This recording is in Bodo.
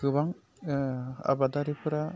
गोबां आबादारिफोरा